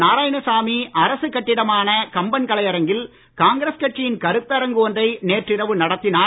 நாராயணசாமி அரசுக் கட்டிடமான கம்பன் கலையரங்கில் காங்கிரஸ் கட்சியின் கருத்தரங்கு ஒன்றை நேற்றிரவு நடத்தினார்